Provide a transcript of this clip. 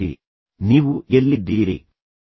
ಅದು ನೀವು ಹೊಂದಿರಬೇಕಾದ ಧ್ಯೇಯವಾಕ್ಯವಾಗಿರಬೇಕು